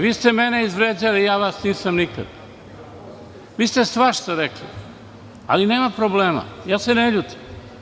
Vi ste mene izvređali, a ja vas nisam nikada, meni ste svašta rekli, ali nema problema ja se ne ljutim.